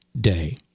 Day